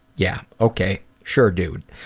yeah, okay, sure dude.